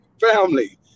family